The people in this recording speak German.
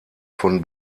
von